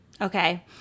Okay